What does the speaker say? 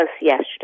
yesterday